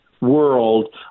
world